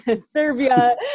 Serbia